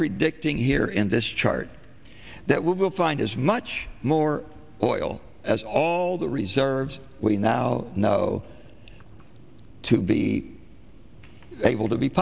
predicting here in this chart that we will find as much more oil as all the reserves we now know to be able to be